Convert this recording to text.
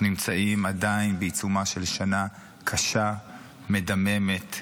אנחנו עדיין נמצאים בעיצומה של שנה קשה, מדממת,